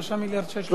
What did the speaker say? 3 מיליארד שקל.